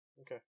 Okay